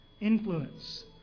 Influence